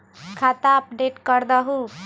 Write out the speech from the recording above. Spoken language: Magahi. खाता अपडेट करदहु?